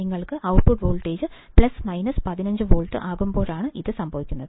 നിങ്ങളുടെ output voltage plus minus 15 volt ആകുമ്പോഴാണ് ഇത് സംഭവിക്കുന്നത്